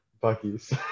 Bucky's